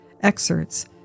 excerpts